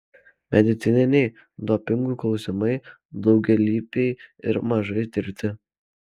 medicininiai dopingų klausimai daugialypiai ir mažai tirti